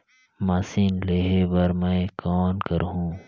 Machine लेहे बर मै कौन करहूं?